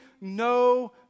no